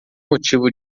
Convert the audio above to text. motivo